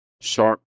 sharp